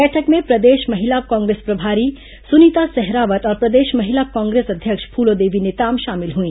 बैठक में प्रदेश महिला कांग्रेस प्रभारी सुनीता सहरावत और प्रदेश महिला कांग्रेस अध्यक्ष फूलोदेवी नेताम शामिल हुई